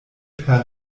per